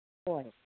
ꯍꯣꯏ